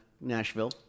Nashville